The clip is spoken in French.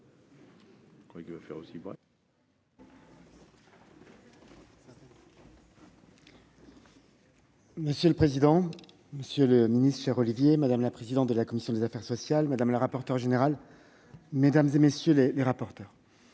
Monsieur le président, monsieur le ministre, cher Olivier, madame la présidente de la commission des affaires sociales, madame la rapporteure générale, mesdames, messieurs les rapporteurs,